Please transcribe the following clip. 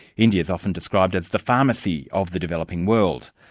india is often described as the pharmacy of the developing world.